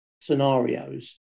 scenarios